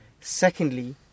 Secondly